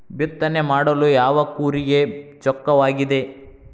ಬಿತ್ತನೆ ಮಾಡಲು ಯಾವ ಕೂರಿಗೆ ಚೊಕ್ಕವಾಗಿದೆ?